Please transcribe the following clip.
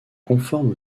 conforme